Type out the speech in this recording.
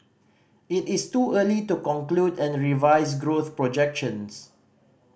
it is too early to conclude and revise growth projections